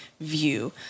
view